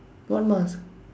what mask